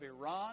Iran